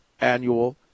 Annual